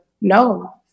No